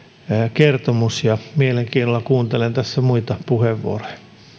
kertomus ja mielenkiinnolla kuuntelen tässä muita puheenvuoroja